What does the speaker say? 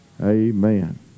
Amen